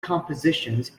compositions